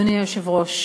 אדוני היושב-ראש,